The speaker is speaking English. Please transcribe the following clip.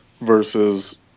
versus